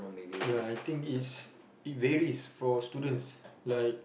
ya I think it's it varies for students like